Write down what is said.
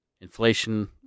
Inflation